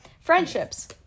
Friendships